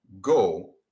Go